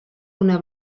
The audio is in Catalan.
una